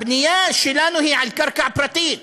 הבנייה שלנו היא על קרקע פרטית.